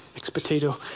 Ex-potato